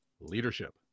leadership